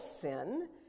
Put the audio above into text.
sin